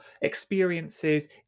experiences